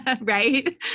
Right